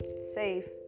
safe